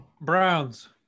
Browns